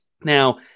Now